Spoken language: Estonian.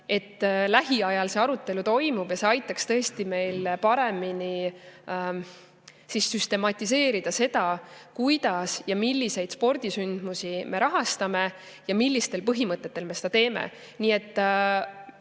et lähiajal see arutelu toimub. See aitaks tõesti meil paremini süstematiseerida seda, kuidas ja milliseid spordisündmusi me rahastame ja millistel põhimõtetel me seda teeme.